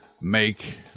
make